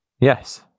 Yes